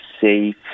safe